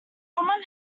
common